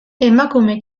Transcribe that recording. emakume